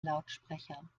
lautsprecher